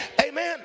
Amen